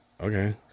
okay